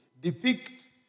depict